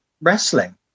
wrestling